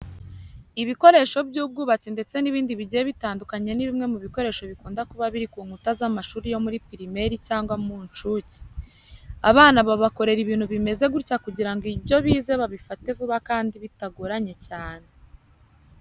Ibikoresho by'ubwubutasi ndetse n'ibindi bigiye bitandukanye ni bimwe mu bikoresho bikunda kuba biri ku nkuta z'amashuri yo muri pirimeri cyangwa mu nshuke. Abana babakorera ibintu bimeze gutya kugira ngo ibyo bize babifate vuba kandi bitagoranye cyane.